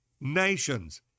nations